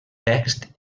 text